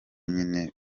nyine